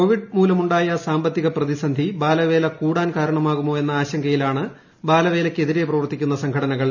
Covid മൂലമുണ്ടായ സാമ്പത്തിക പ്രതിസന്ധി ബാലവേല കൂടാൻ കാരണമാകുമോ എന്ന ആശങ്കയിലാണ് ബാലവേലയ്ക്കെതിരെ പ്രവർത്തിക്കുന്ന സംഘടനകൾ